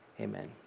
Amen